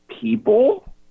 People